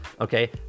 okay